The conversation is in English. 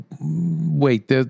wait